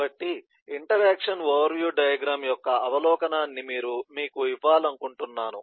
కాబట్టి interaction overview diagram యొక్క అవలోకనాన్ని మీకు ఇవ్వాలనుకుంటున్నాను